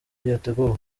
yateguwe